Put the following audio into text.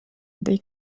they